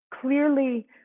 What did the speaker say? Clearly